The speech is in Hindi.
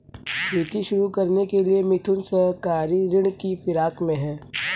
खेती शुरू करने के लिए मिथुन सहकारी ऋण की फिराक में है